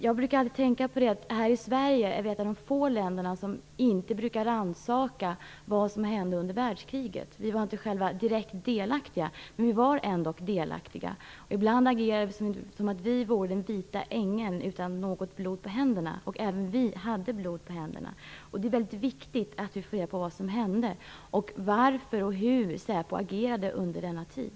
Jag brukar tänka på att Sverige är ett av de få länder som inte rannsakar vad som hände under andra världskriget. Vi var inte direkt delaktiga, men vi var ändå delaktiga. Ibland agerar vi som om vi vore den vita ängeln, utan något blod på händerna, men även vi hade blod på händerna. Det är mycket viktigt att vi får reda på vad som hände och hur SÄPO agerade under denna tid.